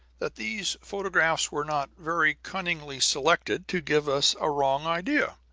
that these photographs were not very cunningly selected to give us a wrong idea?